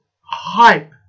hype